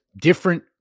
different